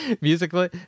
musically